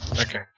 okay